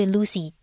Lucy